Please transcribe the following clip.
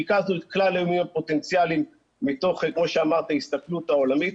ריכזנו את כלל האירועים הפוטנציאליים מתוך ההסתכלות העולמית.